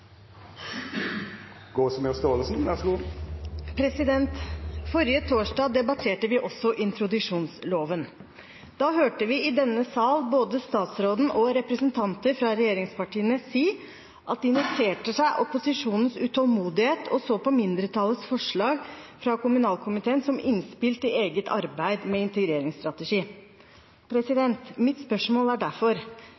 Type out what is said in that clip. hørte vi i denne sal både statsråden og representanter fra regjeringspartiene si at de irriterte seg over opposisjonens utålmodighet og så på mindretallets forslag fra kommunalkomiteen som innspill til eget arbeid med integreringsstrategi.